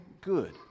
good